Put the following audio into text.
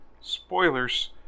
spoilers